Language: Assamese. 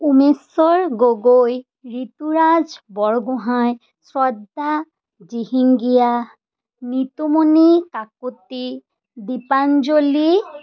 উমেশ্বৰ গগৈ ঋতুৰাজ বৰগোহাঁই শ্ৰদ্ধা দিহিঙীয়া নিতুমণি কাকতি দীপাঞ্জলী